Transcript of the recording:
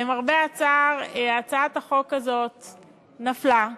למרבה הצער, הצעת החוק הזאת נפלה.